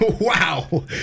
wow